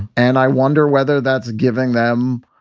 and i wonder whether that's giving them,